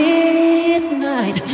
midnight